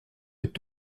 est